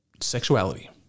Sexuality